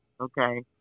Okay